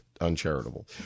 uncharitable